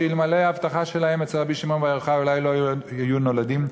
שאלמלא ההבטחה שלהם אצל רבי שמעון בר יוחאי אולי לא היו נולדים,